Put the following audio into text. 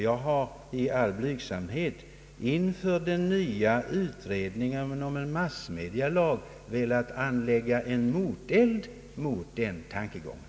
Jag har i all blygsamhet inför den nya utredningen om en massmedialag velat anlägga moteld mot den tankegången.